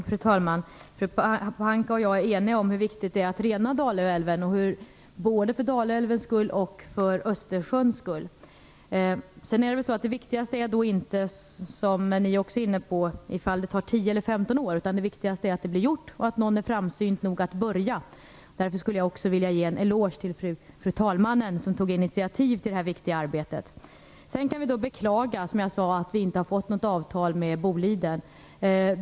Fru talman! Fru Pohanka och jag är eniga om hur viktigt det är att rena Dalälven både för Dalälvens skull och för Östersjöns skull. Det viktigaste är inte om det tar 10 eller 15 år, utan det viktigaste är att det blir gjort och att någon är framsynt nog att börja. Därför vill jag också ge en eloge till fru talmannen som tog initiativ till det här viktiga arbetet. Sedan kan vi bara beklaga att vi inte har fått något avtal med Boliden.